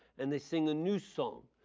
and they sing a new song.